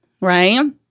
Right